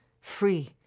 free